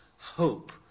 hope